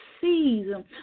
season